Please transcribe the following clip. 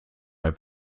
der